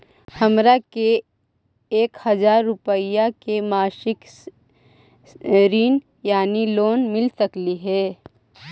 हमरा के एक हजार रुपया के मासिक ऋण यानी लोन मिल सकली हे?